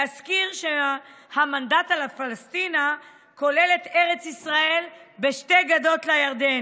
להזכיר שהמנדט על פלשתינה כולל את ארץ ישראל בשתי גדות לירדן,